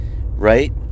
Right